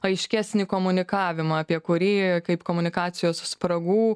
aiškesnį komunikavimą apie kurį kaip komunikacijos spragų